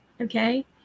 okay